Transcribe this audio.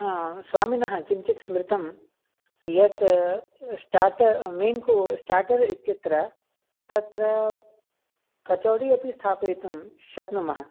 हा स्वामिनः किञ्चित् स्मृतं यत् स्टार्टर् मैन् को स्टार्टर् इत्यत्र तत्र कचोडि अपि स्थापयितुं शक्नुमः